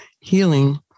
healing